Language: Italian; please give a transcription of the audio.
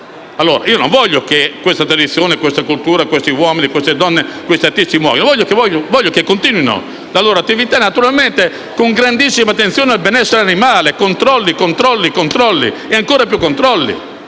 Ebbene, io non voglio che questa tradizione, questa cultura, queste donne, questi uomini e questi artisti muoiano. Io voglio che continuino la loro attività, naturalmente con una grandissima attenzione al benessere animale: controlli, controlli, controlli e ancora più controlli!